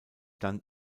dann